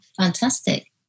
fantastic